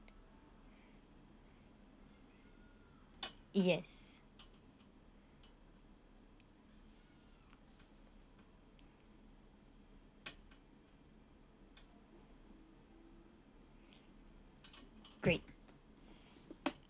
yes great